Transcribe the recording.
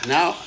Now